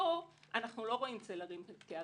פה אנחנו לא רואים צל הרים כהרים.